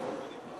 אני פה.